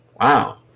wow